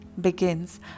begins